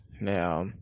Now